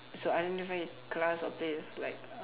so identify class or place like